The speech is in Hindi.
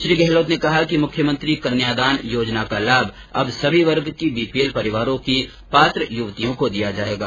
श्री गहलोत ने कहा कि मुख्यमंत्री कन्यादान योजना का लाभ अब सभी वर्ग की बीपीएल परिवारों की पात्र यूवतियों को दिया जाएगा